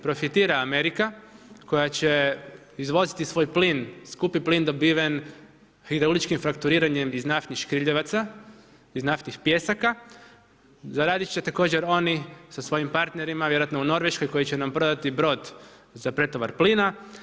Profitira Amerika, koja će izvoziti svoj plin, skupi plin dobiven hidrauličkim fakturiranjem iz naftnih škriljevaca, iz naftnih pijesaka, zaraditi će također oni sa svojim partnerima, vjerojatno u Norveškoj, koji će nam prodati brod za pretovar plina.